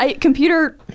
computer